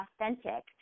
authentic